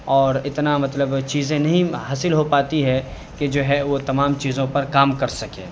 اور اتنا مطلب چیزیں نہیں حاصل ہو پاتی ہے کہ جو ہے وہ تمام چیزوں پر کام کر سکے